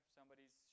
Somebody's